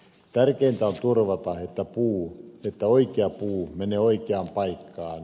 tärkeintä on turvata että oikea puu menee oikeaan paikkaan